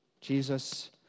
Jesus